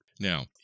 Now